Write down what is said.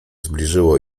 zbliżyło